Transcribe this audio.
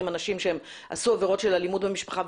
אנשים שעשו עבירות של אלימות במשפחה,